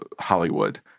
Hollywood